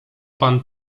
pan